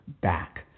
back